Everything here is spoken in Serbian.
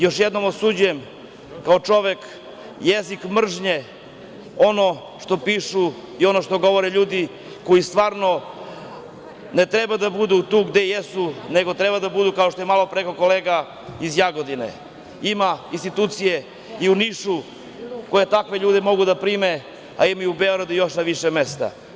Još jednom osuđujem, kao čovek, jezik mržnje, ono što pišu i ono što govore ljudi koji stvarno ne treba da budu tu gde jesu, nego treba da budu, kao što je malopre rekao kolega iz Jagodine, ima institucija i u Nišu koje takve ljude mogu da prime, a ima i u Beogradu još na više mesta.